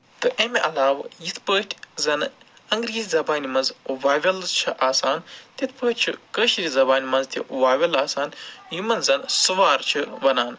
تہٕ اَمہِ علاوٕ یِتھ پٲٹھۍ زَنہٕ انٛگریٖزۍ زَبانہِ منٛز واوٮ۪لٕز چھِ آسان تِتھ پٲٹھۍ چھِ کٲشرِ زَبانہِ منٛز تہِ واوٮ۪ل آسان یِمَن زَن سُوار چھ وَنان